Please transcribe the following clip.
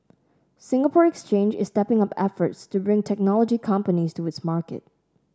Singapore Exchange is stepping up efforts to bring technology companies to its market